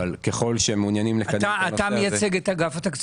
אבל ככל שמעוניינים לקדם את הנושא הזה -- אתה מייצג את אגף התקציבים?